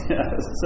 Yes